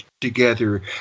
together